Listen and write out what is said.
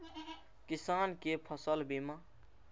किसान कै फसल बीमा?